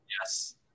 Yes